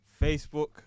Facebook